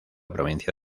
provincia